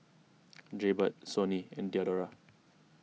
Jaybird Sony and Diadora